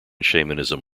shamanism